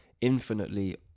infinitely